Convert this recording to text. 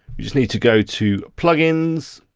you just need to go to plugins,